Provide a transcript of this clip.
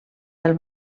del